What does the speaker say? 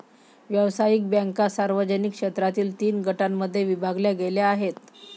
व्यावसायिक बँका सार्वजनिक क्षेत्रातील तीन गटांमध्ये विभागल्या गेल्या आहेत